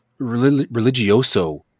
religioso